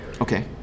Okay